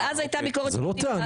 אבל אז הייתה ביקורת שיפוטית.